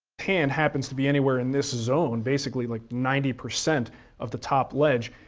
hand happens to be anywhere in this zone, basically like ninety percent of the top ledge,